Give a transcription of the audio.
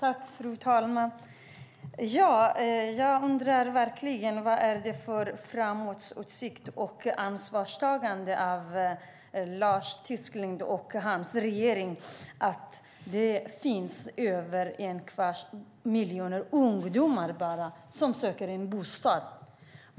Fru talman! Jag undrar verkligen vad som är förutseende och ansvarstagande hos Lars Tysklind och regeringen när det finns över en kvarts miljon ungdomar som söker en bostad.